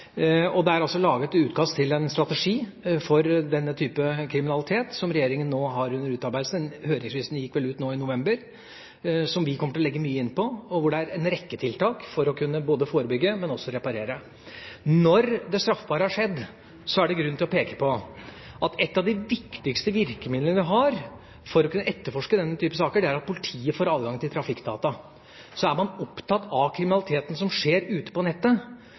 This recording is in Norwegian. Det er laget et utkast til en strategi for denne type kriminalitet, som regjeringa nå har under utarbeidelse – høringsfristen gikk vel ut nå i november – som vi kommer til å legge mye inn på, og hvor det er en rekke tiltak, både for å kunne forebygge og for å kunne reparere. Når det straffbare har skjedd, er det grunn til å peke på at ett av de viktigste virkemidlene vi har for å kunne etterforske denne type saker, er at politiet får adgang til trafikkdata. Så er man opptatt av den kriminaliteten som skjer ute på nettet,